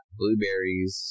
blueberries